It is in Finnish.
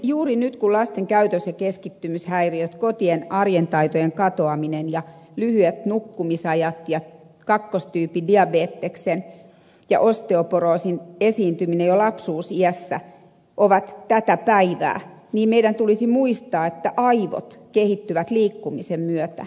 juuri nyt kun lasten käytös ja keskittymishäiriöt kotien arjen taitojen katoaminen ja lyhyet nukkumisajat ja kakkostyypin diabeteksen ja osteoporoosin esiintyminen jo lapsuusiässä ovat tätä päivää meidän tulisi muistaa että aivot kehittyvät liikkumisen myötä